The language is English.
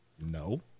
no